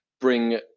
bring